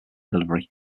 delivery